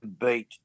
beat